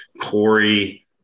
Corey